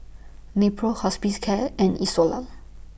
Nepro Hospicare and Isocal